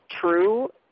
true